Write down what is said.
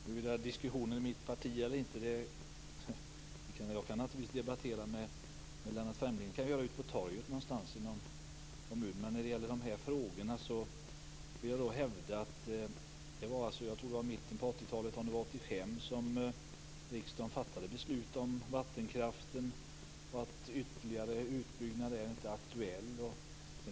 Herr talman! Jag kan naturligtvis debattera mitt parti med Lennart Fremling, men då ute på torget i någon kommun. När det gäller de här frågorna vill jag påminna om att riksdagen i mitten på 80-talet - jag tror att det var 1985 - fattade beslut om vattenkraften, om att ytterligare utbyggnad inte var aktuell.